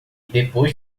depois